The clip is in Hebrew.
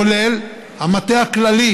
כולל המטה הכללי,